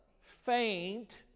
Faint